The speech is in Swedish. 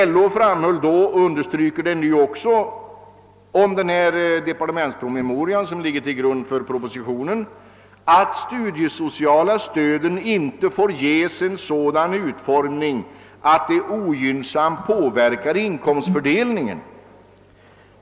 LO framhöll då beträffande den departementspromemoria som ligger till grund för propositionen, och understryker det även nu, att de studiesociala stöden inte får ges en sådan utformning att de ogynnsamt påverkar inkomstfördelningen.